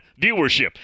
viewership